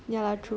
ya true